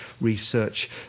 Research